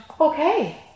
okay